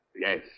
Yes